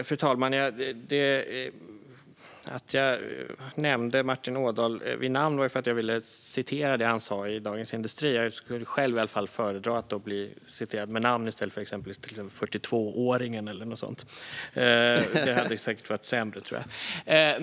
Fru talman! Att jag nämnde Martin Ådahl vid namn var för att jag ville citera vad han sa i Dagens industri. Jag skulle själv föredra att bli citerad med namn i stället för exempelvis "42-åringen" eller något sådant. Det hade säkert varit sämre.